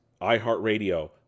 iHeartRadio